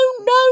no